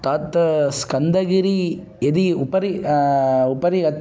तत् स्कन्दगिरेः यदि उपरि उपरि अ